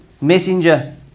messenger